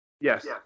Yes